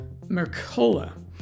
Mercola